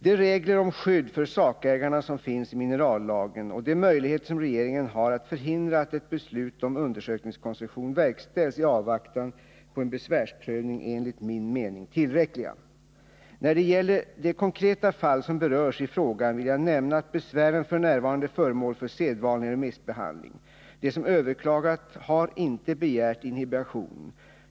De regler om skydd för sakägarna som finns i minerallagen och de möjligheter som regeringen har att förhindra att ett beslut om undersökningskoncession verkställs i avvaktan på en besvärsprövning är enligt min mening tillräckliga. När det gäller de konkreta fall som berörs i frågan vill jag nämna att besvären f. n. är föremål för sedvanlig remissbehandling. De som överklagat har inte begärt inhibition.